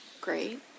great